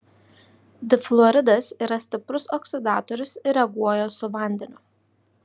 difluoridas yra stiprus oksidatorius ir reaguoja su vandeniu